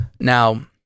Now